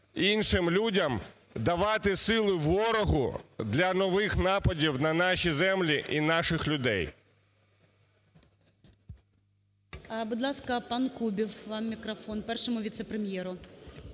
іншим людям давати сили ворогу для нових нападів на наші землі і наших людей?